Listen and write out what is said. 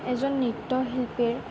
এজন নৃত্যশিল্পীৰ